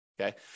okay